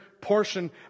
portion